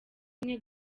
imwe